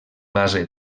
base